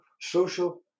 social